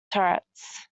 turrets